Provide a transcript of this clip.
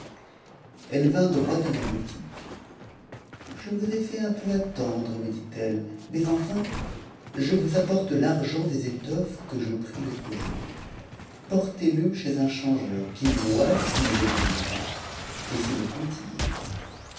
elle vint droit à ma boutique je vous ai fait un peu attendre me dit-elle mais enfin je vous apporte l'argent des étoffes que je pris l'autre jour portez-le chez un changeur qu'il voie s'il est de bon aloi et si le